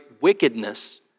wickedness